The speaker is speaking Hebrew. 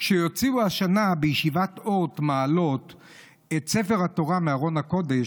"כשיוציאו השנה בישיבת אורט מעלות את ספר התורה מארון הקודש,